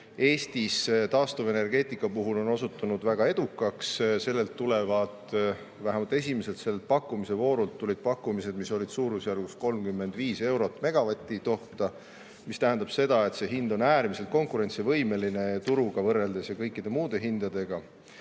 Eestis taastuvenergeetika puhul on osutunud väga edukaks. Esimestes pakkumiste voorudes tulid pakkumised, mis olid suurusjärgus 35 eurot megavati kohta, mis tähendab seda, et see hind on äärmiselt konkurentsivõimeline võrreldes turuga ja kõikide muude hindadega.